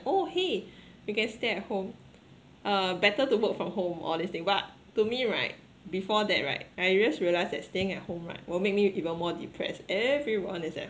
oh !hey! you can stay at home uh better to work from home all this thing but to me right before that right I just realised that staying at home right will make me even more depressed everyone is at